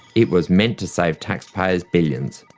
it was meant to save taxpayers billions.